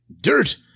dirt